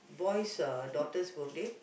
boys uh daughters birthday